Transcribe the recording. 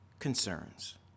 Concerns